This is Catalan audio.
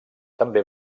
també